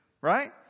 right